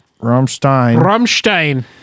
Rammstein